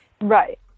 right